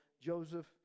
Joseph